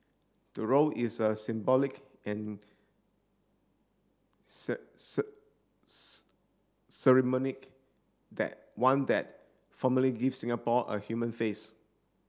the role is a symbolic and that one that formally gives Singapore a human face